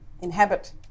inhabit